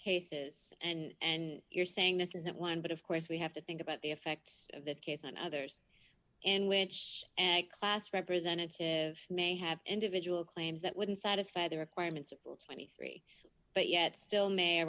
cases and you're saying this isn't one but of course we have to think about the effect of this case on others in which and class representative may have individual claims that wouldn't satisfy the requirements of twenty three but yet still may